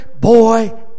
boy